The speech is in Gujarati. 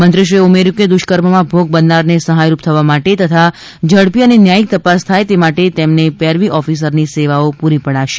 મંત્રીશ્રીએ ઉમેર્યું કે દુષ્કર્મમાં ભોગ બનનારને સહાયરૂપ થવા માટે તથા ઝડપી અને ન્યાયિક તપાસ થાય તે માટે તેમને પેરવી ઓફિસરની સેવાઓ પુરી પડાશે